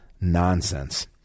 nonsense